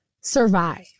survive